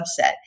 subset